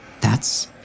that's-